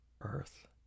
Earth